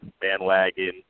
bandwagon